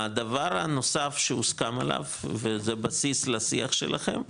הדבר הנוסף שהוסכם עליו וזה בסיס לשיח שלכם,